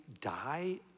die